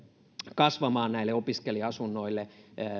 kasvamaan näille opiskelija asunnoille